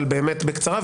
אבל באמת בקצרה.